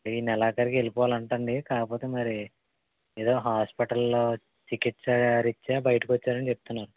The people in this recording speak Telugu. ఈ నెల ఆఖరికి వెళ్లిపోవాలి అంటుంది కాకపోతే మరి ఏదో హాస్పిటల్లో చికిత్స రీత్యా బయటికి వచ్చారని చెప్తున్నారు